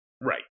Right